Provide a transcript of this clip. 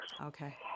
Okay